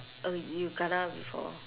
oh you kena before